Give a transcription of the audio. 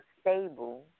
stable